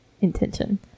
intention